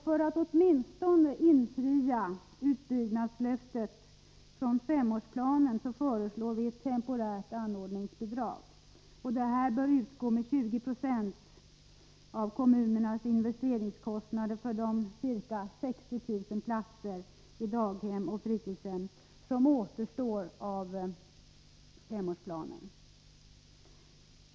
För att åtminstone infria utbyggnadslöftet från femårsplanen föreslår vi ett temporärt anordningsbidrag. Detta bör utgå med 20 76 av kommunernas investeringskostnader för de ca 60 000 platser på daghem och fritidshem som återstår i femårsplanen.